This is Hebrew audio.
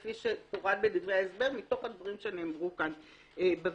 כפי שפורט בדברי ההסבר מתוך הדברים שנאמרו כאן בוועדה.